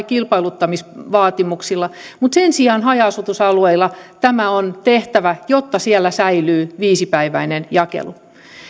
kilpailuttamisvaatimuksilla mutta sen sijaan haja asutusalueilla tämä on tehtävä jotta siellä säilyy viisipäiväinen jakelu